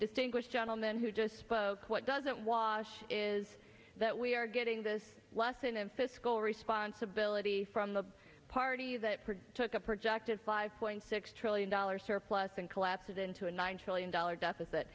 gentleman who just spoke what doesn't wash is that we are getting this lesson of fiscal responsibility from the party that took a projected five point six trillion dollars surplus and collapse it into a nine trillion dollars deficit